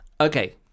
Okay